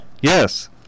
Yes